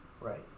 Right